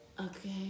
Okay